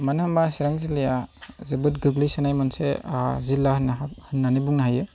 मानो होनब्ला चिरां जिल्लाया जोबोद गोग्लैसोनाय मोनसे जिल्ला होननानै बुंनो हायो